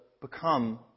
become